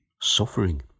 suffering